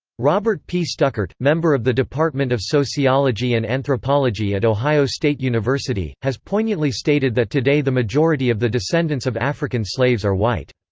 robert p. stuckert, member of the department of sociology and anthropology at ohio state university, has poignantly stated that today the majority of the descendants of african slaves are white.